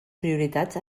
prioritats